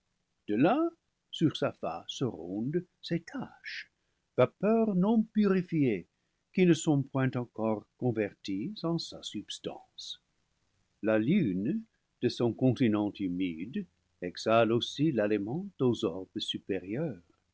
de là sur sa face ronde ces taches vapeurs non purifiées qui ne sont point encore converties en sa substance la lune de son continent humide exhale aussi l'aliment aux orbes supérieurs